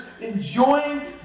enjoying